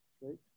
right